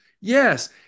Yes